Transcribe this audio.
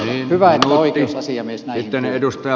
on hyvä että oikeusasiamies näihin puuttuu